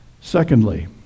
Secondly